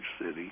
city